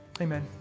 amen